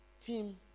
team